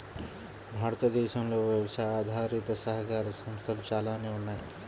భారతదేశంలో వ్యవసాయ ఆధారిత సహకార సంస్థలు చాలానే ఉన్నాయి